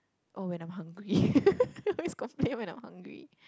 oh when I'm hungry I always complain when I'm hungry